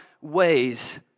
ways